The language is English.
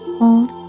hold